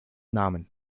namen